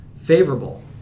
favorable